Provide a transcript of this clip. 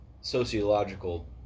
sociological